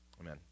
Amen